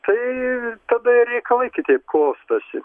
tai tada ir reikalai kitaip klostosi